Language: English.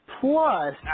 Plus